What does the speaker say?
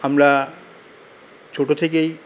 আমরা ছোট থেকেই